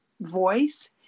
voice